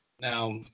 Now